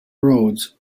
roads